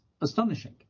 astonishing